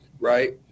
Right